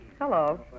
Hello